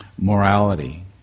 Morality